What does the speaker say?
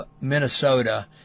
Minnesota